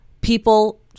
People